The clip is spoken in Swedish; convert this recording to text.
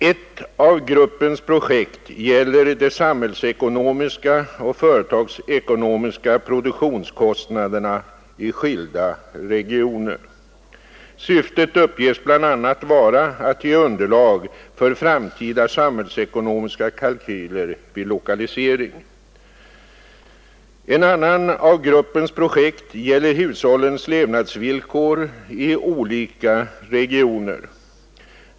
Ett av gruppens projekt gäller de samhällsekonomiska och företagsekonomiska produktionskostnaderna i skilda regioner. Syftet uppges bl.a. vara att ge underlag för framtida samhällsekonomiska kalkyler vid lokalisering. Ett annat av gruppens projekt gäller hushållens levnadsvillkor i olika regioner.